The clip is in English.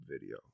video